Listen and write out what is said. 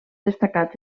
destacat